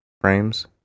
frames